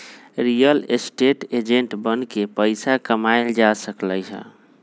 real estate agent बनके पइसा कमाएल जा सकलई ह